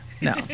No